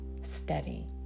steady